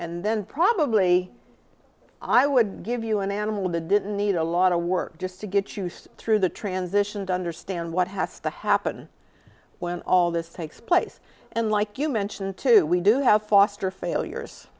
and then probably i would give you an animal the didn't need a lot of work just to get use through the transition to understand what has to happen when all this takes place and like you mentioned to we do have foster failures